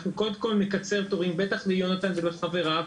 אנחנו קודם כל נקצר תורים בטח ליונתן ולחבריו,